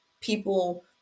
People